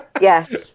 Yes